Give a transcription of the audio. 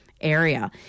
area